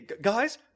Guys